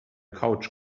couch